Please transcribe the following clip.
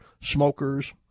Smokers